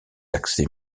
accès